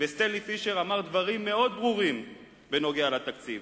וסטנלי פישר אמר דברים מאוד ברורים בעניין התקציב.